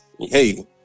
Hey